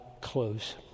close